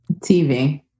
TV